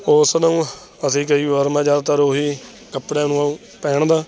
ਉਸ ਨੂੰ ਅਸੀਂ ਕਈ ਵਾਰ ਮੈਂ ਜ਼ਿਆਦਾਤਰ ਉਹੀ ਕੱਪੜਿਆਂ ਨੂੰ ਪਹਿਨਦਾ